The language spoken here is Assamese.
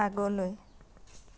আগলৈ